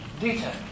detail